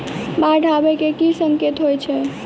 बाढ़ आबै केँ की संकेत होइ छै?